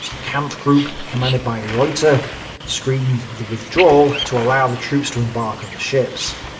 a kampfgruppe commanded by reuter screened the withdrawal to allow the troops to embark on the ships.